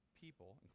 people